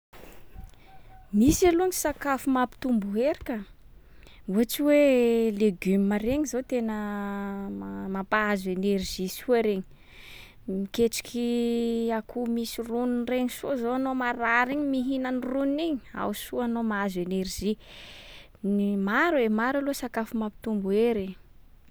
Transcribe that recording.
Misy aloha ny sakafo mampitombo hery ka. Ohatsy hoe legioma regny zao tena ma- mampahazo energie soa regny. Miketriky akoho misy roniny regny soa zao anao marary igny mihinan-droniny igny, ao soa anao mahazo énergie. Gny- maro e! Maro aloha sakafo mapitombo hery e.